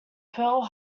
pearl